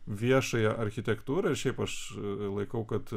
viešąją architektūrą šiaip aš laikau kad